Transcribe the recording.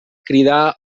cridar